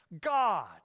God